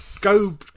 go